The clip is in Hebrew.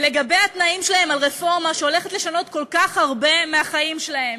לגבי התנאים שלהם לגבי רפורמה שהולכת לשנות כל כך הרבה מהחיים שלהם,